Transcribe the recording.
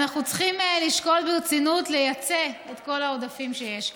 ואנחנו צריכים לשקול ברצינות לייצא את כל העודפים שיש כאן.